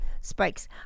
spikes